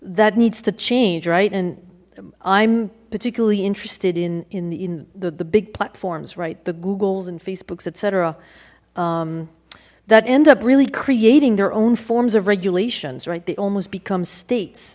that needs to change right and i'm particularly interested in in in the the big platforms right the googles and facebooks etc that end up really creating their own forms of regulations right they almost become states